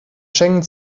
schengen